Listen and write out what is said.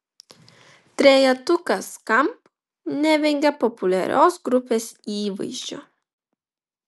trejetukas skamp nevengia populiarios grupės įvaizdžio